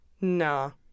No